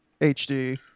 HD